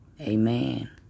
amen